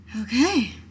Okay